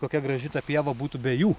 kokia graži ta pieva būtų be jų